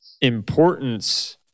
importance